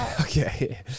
Okay